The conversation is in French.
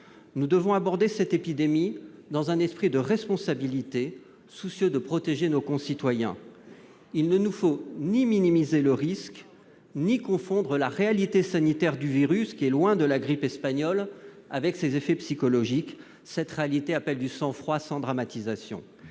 Nous devons aborder cette épidémie dans un esprit de responsabilité, soucieux de protéger nos concitoyens. Il ne nous faut ni minimiser le risque ni confondre la réalité sanitaire du virus, qui est loin de la grippe espagnole, avec ses effets psychologiques. Cette réalité appelle du sang-froid, sans dramatisation.